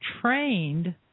trained